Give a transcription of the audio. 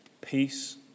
peace